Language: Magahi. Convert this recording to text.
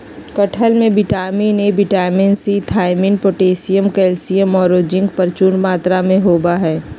कटहल में vitamin A, vitamin C, thiamine, potassium, calcium औरो जिंक प्रचुर मात्रा में होबा हइ